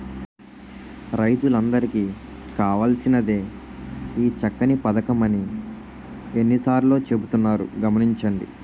రైతులందరికీ కావాల్సినదే ఈ చక్కని పదకం అని ఎన్ని సార్లో చెబుతున్నారు గమనించండి